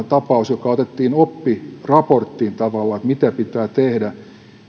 tapaus joka otettiin tavallaan oppiraporttiin että mitä pitää tehdä